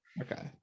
Okay